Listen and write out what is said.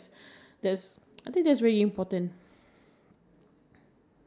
if the powder gets on your lashes does that count